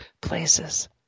places